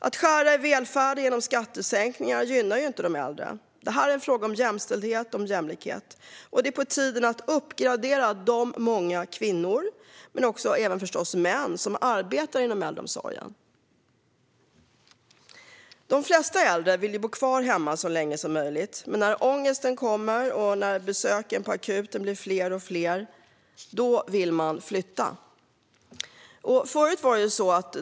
Att skära i välfärden genom skattesänkningar gynnar inte de äldre. Detta är en fråga om jämställdhet och jämlikhet. Det är på tiden att uppgradera de många kvinnor, men även män förstås, som arbetar inom äldreomsorgen. De flesta äldre vill bo kvar hemma så länge som möjligt. Men när ångesten kommer och när besöken på akuten blir fler och fler vill de flytta.